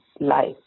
life